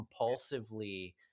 compulsively